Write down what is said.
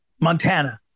Montana